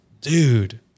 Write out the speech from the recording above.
dude